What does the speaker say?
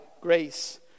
grace